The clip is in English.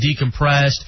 decompressed